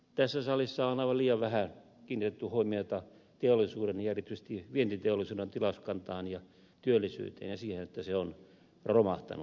tässä salissa on aivan liian vähän kiinnitetty huomiota teollisuuden ja erityisesti vientiteollisuuden tilauskantaan ja työllisyyteen ja siihen että se on romahtanut